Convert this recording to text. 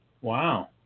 Wow